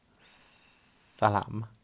Salam